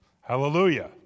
Hallelujah